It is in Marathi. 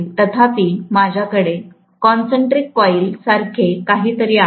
तथापि माझ्याकडे कॉन्सेन्ट्रिक कॉइल सारखे काही तरी आहे